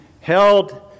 held